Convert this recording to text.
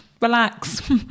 relax